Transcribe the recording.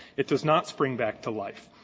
it does not spring back to life.